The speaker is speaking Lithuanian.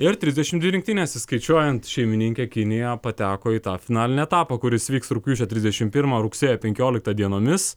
ir trisdešimt dvi rinktinės įskaičiuojant šeimininkę kiniją pateko į tą finalinį etapą kuris vyks rugpjūčio trisdešimt pirmą rugsėjo penkioliktą dienomis